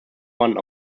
one